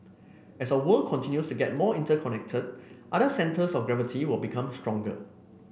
as our world continues to get more interconnected other centres of gravity will become stronger